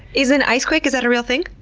is an ice quake, is that a real thing?